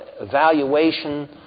evaluation